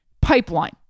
pipeline